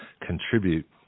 contribute